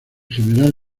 general